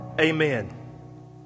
Amen